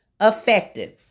effective